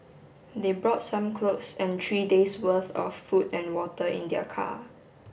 they brought some clothes and three days worth of food and water in their car